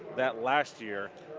that last year,